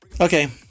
Okay